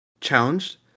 challenged